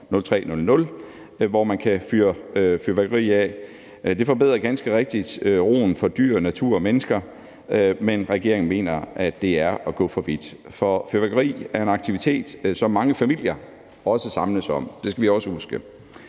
03.00, hvor det kan ske. Det forbedrer ganske rigtigt roen for dyrene, naturen og menneskene, men regeringen mener, at det er at gå for vidt. For fyrværkeri er en aktivitet, som mange familier også samles om – det skal vi også huske